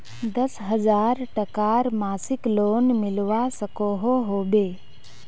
दस हजार टकार मासिक लोन मिलवा सकोहो होबे?